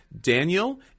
Daniel